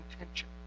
intention